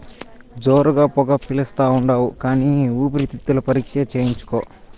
జోరుగా పొగ పిలిస్తాండావు కానీ ఊపిరితిత్తుల పరీక్ష చేయించుకో